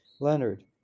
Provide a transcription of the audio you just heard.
Leonard